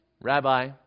Rabbi